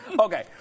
Okay